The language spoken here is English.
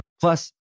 Plus